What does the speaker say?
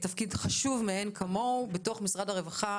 תפקיד חשוב מאין-כמוהו בתוך משרד הרווחה,